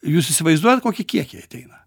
jūs įsivaizduojat koki kiekiai ateina